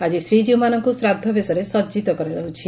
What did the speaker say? ଆକି ଶ୍ରୀଜୀଉମାନଙ୍କୁ ଶ୍ରାଦ୍ଧବେଶରେ ସଜିତ କରାଯାଉଛି